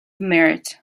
merit